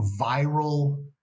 viral